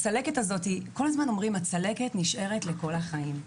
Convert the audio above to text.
כל הזמן אומרים שהצלקת נשארת לכל החיים,